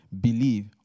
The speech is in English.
Believe